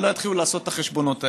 ולא יתחילו לעשות את החשבונות האלה.